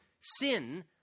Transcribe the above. sin